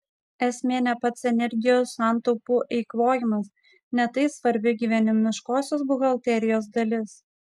esmė ne pats energijos santaupų eikvojimas nes tai svarbi gyvenimiškosios buhalterijos dalis